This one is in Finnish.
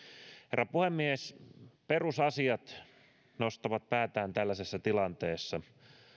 herra puhemies perusasiat nostavat päätään tällaisessa tilanteessa